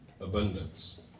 abundance